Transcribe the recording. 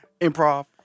Improv